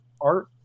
art